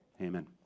Amen